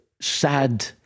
sad